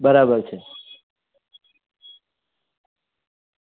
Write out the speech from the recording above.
બરાબર છે